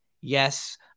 yes